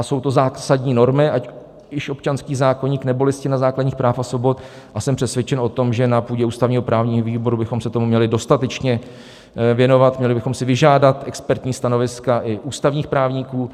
Jsou to zásadní normy, ať již občanský zákoník, nebo Listina základních práv a svobod, a jsem přesvědčen o tom, že na půdě ústavněprávního výboru bychom se tomu měli dostatečně věnovat, měli bychom si vyžádat expertní stanoviska i ústavních právníků.